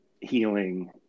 healing